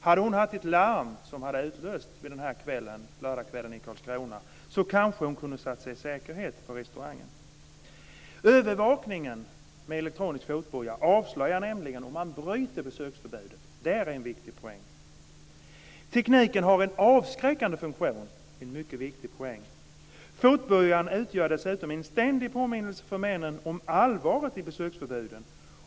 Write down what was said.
Hade hon haft ett larm som hade utlösts den här lördagkvällen i Karlskrona så hade hon kanske kunnat sätta sig i säkerhet på restaurangen. Övervakning med elektronisk fotboja avslöjar nämligen om man bryter mot besöksförbudet. Det är en viktig poäng. Tekniken har en avskräckande funktion. Det är en mycket viktig poäng. Fotbojan utgör dessutom en ständig påminnelse för männen om allvaret i besöksförbudet.